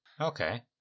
Okay